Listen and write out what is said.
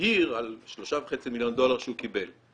הצהיר על שלושה וחצי מיליון דולר שהוא קיבל.